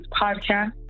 podcast